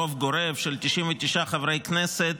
ברוב גורף של 99 חברי כנסת,